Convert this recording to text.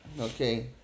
Okay